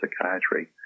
psychiatry